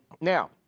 Now